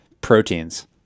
proteins